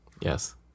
Yes